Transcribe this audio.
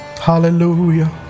Hallelujah